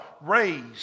raised